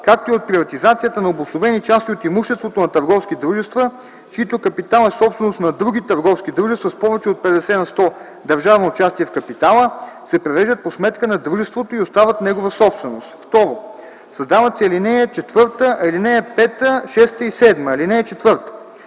както и от приватизацията на обособени части от имуществото на търговски дружества, чиито капитал е собственост на други търговски дружества с повече от 50 на сто държавно участие в капитала, се превеждат по сметка на дружеството и остават негова собственост.” 2. Създават се нова ал. 4 и алинеи 5, 6 и 7: „(4)